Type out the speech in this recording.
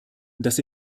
das